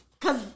Cause